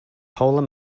polar